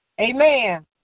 Amen